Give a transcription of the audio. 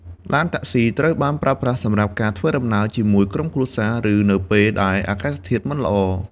ឡានតាក់ស៊ីត្រូវបានប្រើប្រាស់សម្រាប់ការធ្វើដំណើរជាមួយក្រុមគ្រួសារឬនៅពេលដែលអាកាសធាតុមិនល្អ។